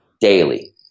daily